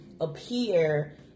appear